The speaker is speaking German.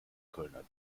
kölner